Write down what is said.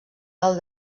del